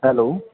hello